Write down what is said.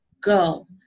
go